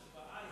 2009,